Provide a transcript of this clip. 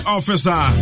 Officer